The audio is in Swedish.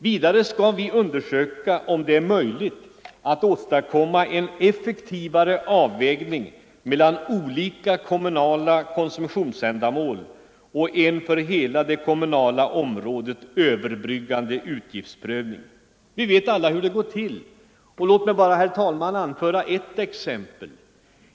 Vidare skall vi undersöka om det är möjligt att åstadkomma en effektivare avvägning mellan olika kommunala konsumtionsändamål och en för hela det kommunala området överbryggande utgiftsprövning. Vi vet alla hur det går till. Låt mig bara, herr talman, anföra ett exempel.